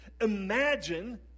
imagine